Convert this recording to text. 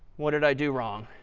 what did i do wrong?